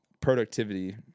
productivity